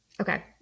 Okay